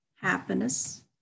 Happiness